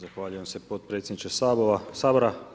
Zahvaljujem se potpredsjedniče SAbora.